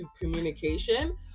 communication